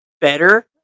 better